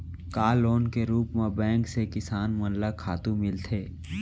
का लोन के रूप मा बैंक से किसान मन ला खातू मिलथे?